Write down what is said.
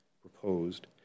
proposed